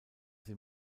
sie